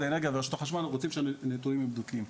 האנרגיה ורשות החשמל רוצים שהנתונים יהיו בדוקים.